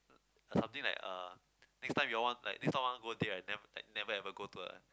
something like uh next time you all want like next time want go date right nev~ like never ever go to a